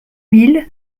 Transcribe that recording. mille